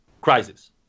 Crisis